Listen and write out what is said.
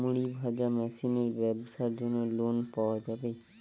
মুড়ি ভাজা মেশিনের ব্যাবসার জন্য লোন পাওয়া যাবে?